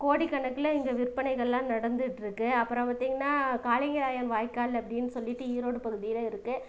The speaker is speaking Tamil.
கோடி கணக்கில் இங்கே விற்பனைகள் எல்லாம் நடந்துட்டுருக்கு அப்புறம் பார்த்திங்கனா காளிங்கராயன் வாய்க்கால் அப்படின் சொல்லிவிட்டு ஈரோடு பகுதியில் இருக்கு